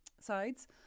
sides